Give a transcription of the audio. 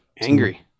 Angry